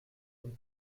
und